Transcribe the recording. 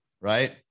right